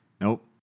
Nope